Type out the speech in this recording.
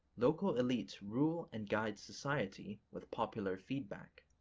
local elites rule and guide society with popular feedback.